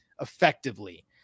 effectively